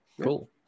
cool